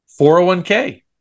401k